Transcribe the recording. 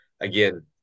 Again